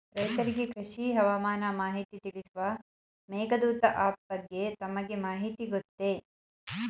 ರೈತರಿಗೆ ಕೃಷಿ ಹವಾಮಾನ ಮಾಹಿತಿ ತಿಳಿಸುವ ಮೇಘದೂತ ಆಪ್ ಬಗ್ಗೆ ತಮಗೆ ಮಾಹಿತಿ ಗೊತ್ತೇ?